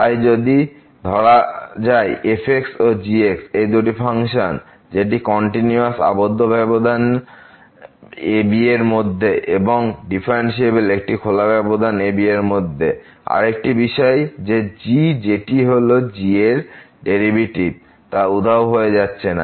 তাই যদি ধরা যায় f ও g দুটি ফাংশন যেটি কন্টিনিউয়াস আবদ্ধ ব্যবধান ab এর মধ্যে এবং ডিফারেন্সিএবেল একটি খোলা ক্ষেত্র ab এর মধ্যে এবং আরেকটি বিষয় যে g যেটি হল g এর ডেরিভেটিভ তা উধাও হয়ে যাচ্ছে না